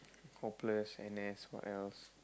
hopeless and then what else